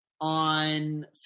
on